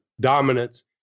dominance